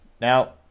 Now